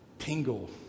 Tingle